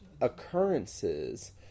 occurrences